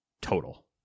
total